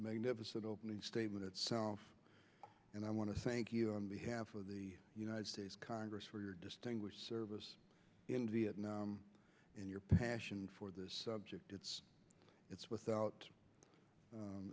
magnificent opening statement itself and i want to thank you on behalf of the united states congress for your distinguished service in vietnam and your passion for this subject it's it's without